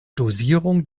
dosierung